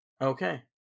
Okay